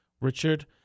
Richard